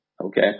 okay